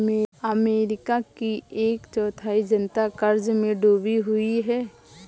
America की एक चौथाई जनता क़र्ज़ में डूबी हुई है